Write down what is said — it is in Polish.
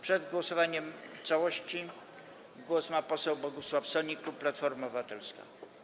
Przed głosowaniem nad całością głos ma poseł Bogusław Sonik, klub Platforma Obywatelska.